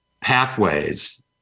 pathways